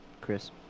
Chris